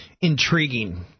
Intriguing